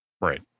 Right